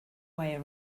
way